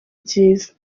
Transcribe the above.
byiza